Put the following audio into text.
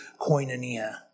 koinonia